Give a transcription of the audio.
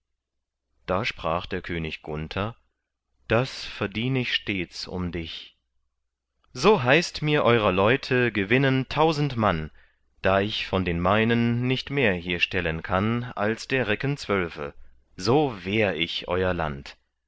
da sprach der könig gunther das verdien ich stets um dich so heißt mir eurer leute gewinnen tausend mann da ich von den meinen nicht mehr hier stellen kann als der recken zwölfe so wehr ich euer land